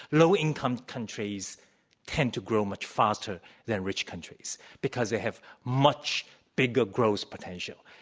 low income countries tend to grow much faster than rich countries because they have much bigger growth potential.